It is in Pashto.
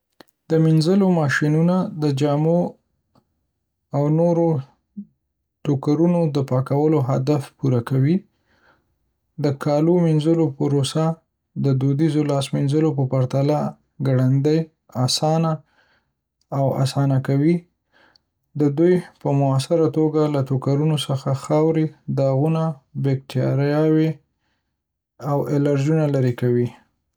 د مینځلو ماشینونه د جامو او نورو ټوکرونو د پاکولو هدف پوره کوي، د کالو مینځلو پروسه د دودیزو لاس مینځلو په پرتله ګړندۍ، اسانه او اسانه کوي. دوی په مؤثره توګه له ټوکرانو څخه خاورې، داغونه، باکتریاوې او الرجینونه لرې کوي.